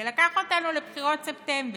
ולקח אותנו לבחירות ספטמבר,